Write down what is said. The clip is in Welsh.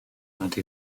ydy